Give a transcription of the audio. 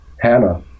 Hannah